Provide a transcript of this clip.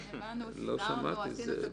הינה, באנו, סידרנו, עשינו הכול.